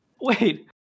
wait